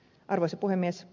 arvoisa puhemies